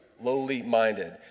lowly-minded